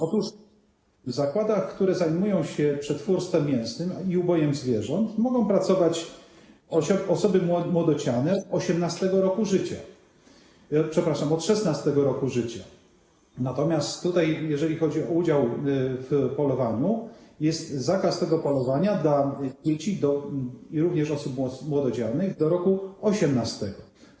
Otóż w zakładach, które zajmują się przetwórstwem mięsnym i ubojem zwierząt, mogą pracować osoby młodociane od 18. roku życia, przepraszam, od 16. roku życia, natomiast tutaj, jeżeli chodzi o udział w polowaniu, jest zakaz tego polowania dla dzieci, jak również osób młodocianych do 18. roku.